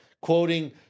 quoting